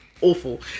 Awful